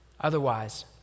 otherwise